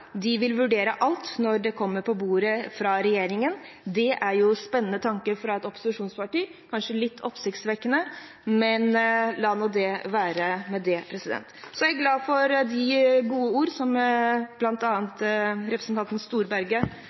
De vil vurdere alt når det kommer på bordet fra regjeringen. Det er spennende tanker fra et opposisjonsparti, kanskje litt oppsiktsvekkende, men la det nå være med det. Jeg er glad for de gode ordene som bl.a. representanten Storberget